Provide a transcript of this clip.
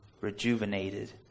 rejuvenated